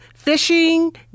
fishing